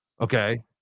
Okay